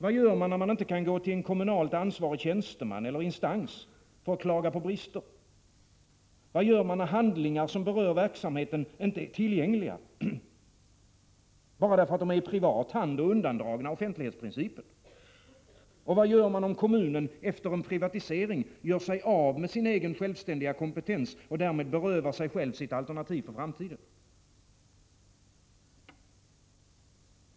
Vad gör man när man inte kan gå till en kommunalt ansvarig tjänsteman eller instans för att klaga på brister? Vad gör man när handlingar som berör verksamheten inte är tillgängliga bara därför att de är i privat hand och undandragna offentlighetsprincipen? Och vad gör man om kommunen efter en privatisering gör sig av med sin egen självständiga kompetens och därmed berövar sig själv sitt alternativ för framtiden?